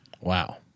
Wow